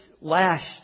lashed